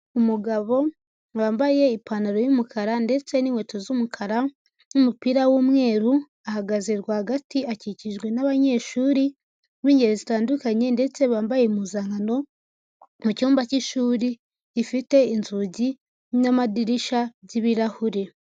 Umugabo wambaye ipantaro y'umukara ndetse n'inkweto z'umukara n'umupira w'umweru, ahagaze rwagati, akikijwe n'abanyeshuri b'ingeri zitandukanye ndetse bambaye impuzankano mu cyumba cy'ishuri gifite inzugi n'amadirishya by'ibirahuri.